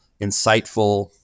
insightful